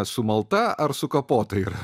sumalta ar sukapota yra